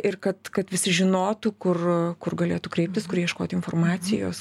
ir kad kad visi žinotų kur kur galėtų kreiptis kur ieškoti informacijos